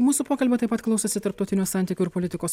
mūsų pokalbio taip pat klausosi tarptautinių santykių ir politikos